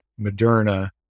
Moderna